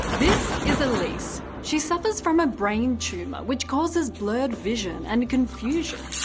this is elise. she suffers from a brain tumor, which causes blurred vision and confusion.